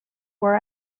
war